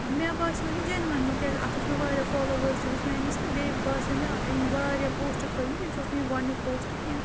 مےٚ باسیو یہِ جَنوٮ۪ن ہیوٗ کیٛازِ اَتھ وٕچھ مےٚ واریاہ فالووٲرٕز تہِ وٕچھ مےٚ أمِس تہٕ بیٚیہِ باسیو مےٚ أمۍ واریاہ پوسٹ کھٲلۍمٕتۍ أمِس اوس نہٕ یہِ گۄڈنیُک پوسٹ کینٛہہ